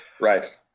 Right